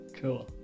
Cool